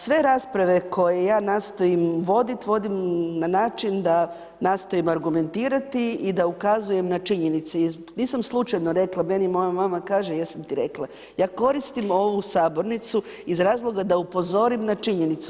Sve rasprave koje ja nastojim vodit, vodim na način da nastojim argumentirati i da ukazujem na činjenice, nisam slučajno rekla, meni moja mama kaže jesam ti rekla, ja koristim ovu sabornicu iz razloga da upozorim na činjenicu.